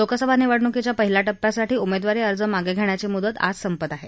लोकसभा निवडणूकीच्या पहिल्या टप्प्यासाठी उमेदवारी अर्ज मागं घेण्याची मुदत आज संपणार आहे